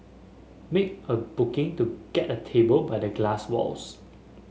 make a booking to get a table by the glass walls